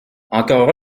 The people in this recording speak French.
encore